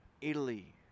italy